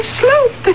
slope